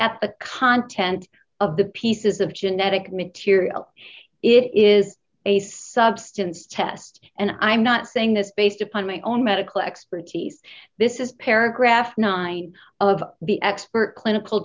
at the content of the pieces of genetic material it is a substance test and i'm not saying this based upon my own medical expertise this is paragraph not i of the expert clinical